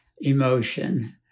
emotion